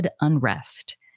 unrest